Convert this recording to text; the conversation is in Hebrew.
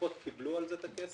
הקופות קיבלו על זה את הכסף